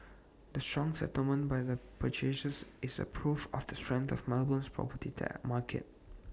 the strong settlements by the purchasers is proof of the strength of Melbourne's property market